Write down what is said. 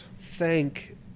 Thank